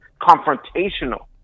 confrontational